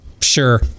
Sure